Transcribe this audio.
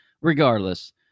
regardless –